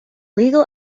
legal